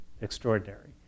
extraordinary